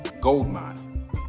goldmine